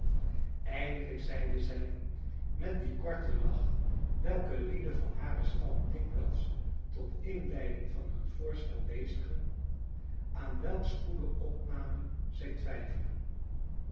eindelijk zeide zij met dien korten lach welken lieden van haren stand dikwijls tot inleiding van een voorstel bezigen aan welks goede opname zij twijfelen